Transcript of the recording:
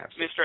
Mr